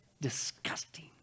disgusting